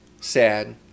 Sad